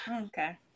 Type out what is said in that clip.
Okay